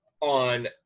on